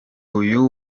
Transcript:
uyu